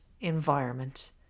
environment